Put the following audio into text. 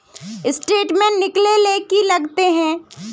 Statement निकले ले की लगते है?